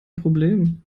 problem